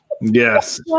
Yes